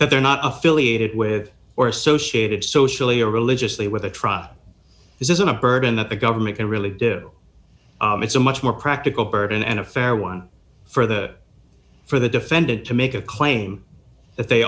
that they're not affiliated with or associated socially or religiously with a tribe this isn't a burden that the government can really do it's a much more practical burden and a fair one for the for the defendant to make a claim that they